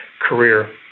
career